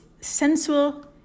Sensual